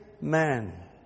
man